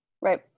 Right